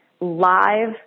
live